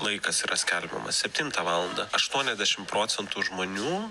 laikas yra skelbiamas septintą valandą aštuoniasdešim procentų žmonių